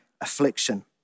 affliction